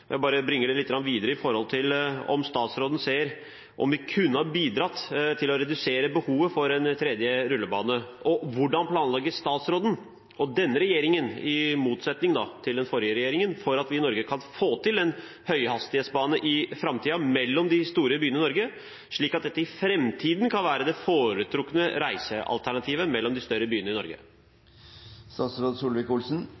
jeg vil bringe det litt videre: Ser statsråden om vi kunne ha bidratt til å redusere behovet for en tredje rullebane, og hvordan planlegger statsråden og denne regjeringen – i motsetning til den forrige regjeringen – for at vi kan få til en høyhastighetsbane i framtiden mellom de store byene i Norge, slik at dette i framtiden kan være det foretrukne reisealternativet mellom de større byene i